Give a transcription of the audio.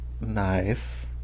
nice